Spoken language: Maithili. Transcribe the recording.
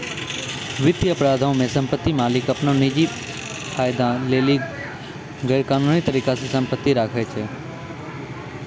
वित्तीय अपराधो मे सम्पति मालिक अपनो निजी फायदा लेली गैरकानूनी तरिका से सम्पति राखै छै